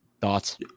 thoughts